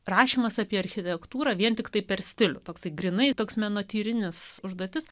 rašymas apie architektūrą vien tiktai per stilių toks grynai toks menotyrinis užduotis